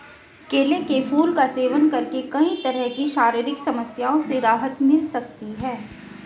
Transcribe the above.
केले के फूल का सेवन करके कई तरह की शारीरिक समस्याओं से राहत मिल सकती है